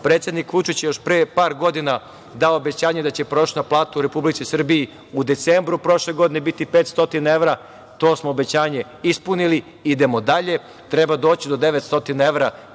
važno. Predsednik Vučić je još pre par godina dao obećanje da će prosečna plata u Republici Srbiji, u decembru prošle godine, biti 500 evra. To smo obećanje ispunili, idemo dalje, treba doći do 900 evra